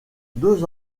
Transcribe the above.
deux